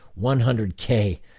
100K